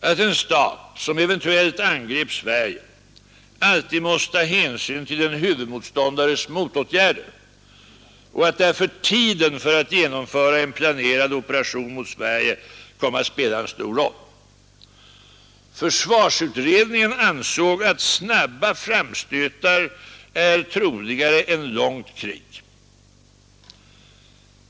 att en stat som eventuellt angrep Sverige alltid måste ta hänsyn till en huvudmotståndares motåtgärder och att därför tiden för att genomföra en planerad operation komme att spela en stor roll. Försvarsutredningen ansåg att snabba framstötar är troligare än långt krig.